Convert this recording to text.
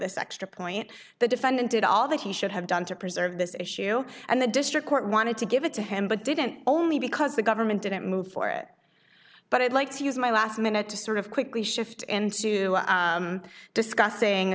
this extra point the defendant did all that he should have done to preserve this issue and the district court wanted to give it to him but didn't only because the government didn't move for it but i'd like to use my last minute to sort of quickly shift into discussing